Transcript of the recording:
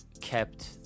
kept